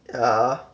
yeah